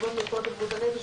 לרבות מרפאות לבריאות הנפש,